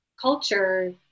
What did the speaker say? culture